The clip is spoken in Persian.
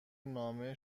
نامه